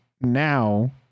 now